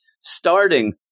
starting